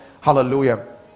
Hallelujah